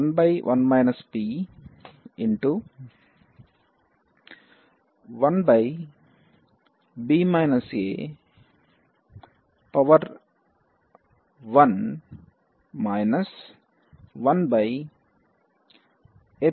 11 p1b ap 1 1p 1